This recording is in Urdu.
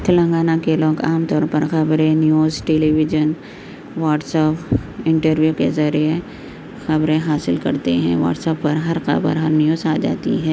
تلنگانہ کے لوگ عام طور پر خبریں news television WhatsApp interview کے ذریعے خبریں حاصل کرتے ہیں واٹسایپ پر ہر خبر ہر نیوز آ جاتی ہے